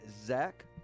Zach